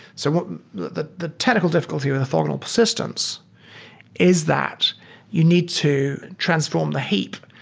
so the the technical difficulty with orthogonal persistence is that you need to transform the heap,